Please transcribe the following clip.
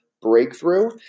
Breakthrough